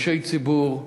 אנשי ציבור,